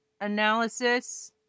analysis